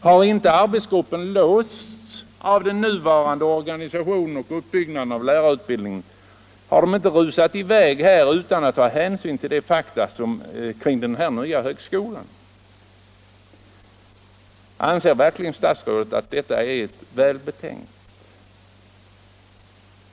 Har inte arbetsgruppen låsts av den nuvarande organisationen och uppbyggnaden av lärarutbildningen, har man inte rusat i väg utan att ta hänsyn till fakta kring den nya högskolan? Anser verkligen statsrådet att detta är välbetänkt?